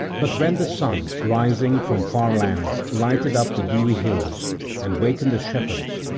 but when the sun rising from far lands lighted up the dewy hills and wakened the shepherds,